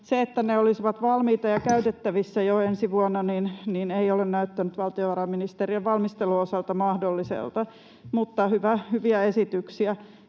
Se, että ne olisivat valmiita ja käytettävissä jo ensi vuonna, ei ole näyttänyt valtiovarainministeriön valmistelun osalta mahdolliselta. Mutta hyviä esityksiä.